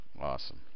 Awesome